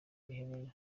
mwiherero